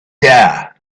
there